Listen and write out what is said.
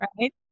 right